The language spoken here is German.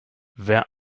wer